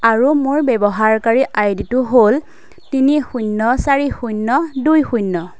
আৰু মোৰ ব্যৱহাৰকাৰী আই ডিটো হ'ল তিনি শূন্য চাৰি শূন্য দুই শূন্য